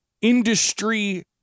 industry